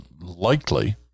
likely